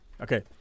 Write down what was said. Okay